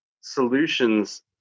solutions